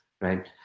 right